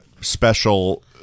special